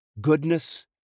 goodness